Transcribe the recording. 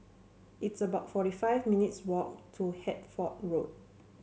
it's about forty five minutes' walk to Hertford Road